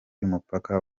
y’umupaka